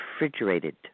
refrigerated